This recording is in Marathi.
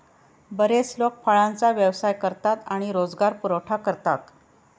बरेच लोक फळांचा व्यवसाय करतात आणि रोजगार पुरवठा करतात